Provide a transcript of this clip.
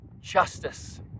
justice